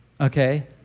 okay